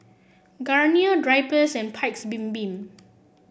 Garnier Drypers and Paik's Bibim